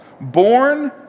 born